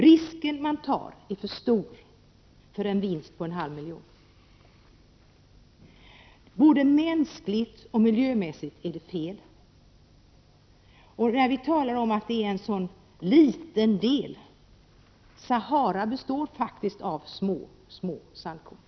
Risken man tar är för stor för en vinst på en halv miljon kronor. Både mänskligt och miljömässigt är det fel. Vi talar om att det är en så liten del — Sahara består faktiskt av små, små sandkorn.